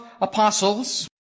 apostles